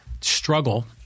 struggle